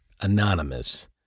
anonymous